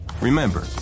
Remember